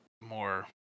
more